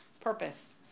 purpose